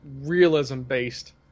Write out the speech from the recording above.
realism-based